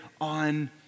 on